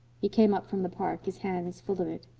he came up from the park, his hands full of it.